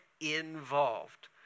involved